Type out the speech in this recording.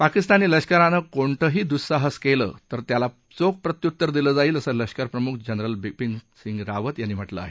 पाकिस्तानी लष्करानं कोणतंही दुःसाहस केलं तर त्याला चोख प्रत्युत्तर दिलं जाईल असं लष्करप्रमुख जनरल बिपिन रावत यांनी म्हाकें आहे